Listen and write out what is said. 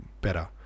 better